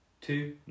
two